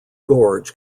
gorge